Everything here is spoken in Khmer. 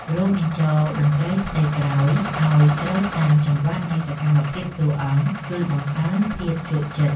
រួមបញ្ចូលតន្ត្រីផ្ទៃក្រោយឱ្យត្រូវតាមចង្វាក់នៃសកម្មភាពតួអង្គជួយបង្កើនភាពជក់ចិត្ត។